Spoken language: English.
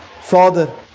Father